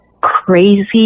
crazy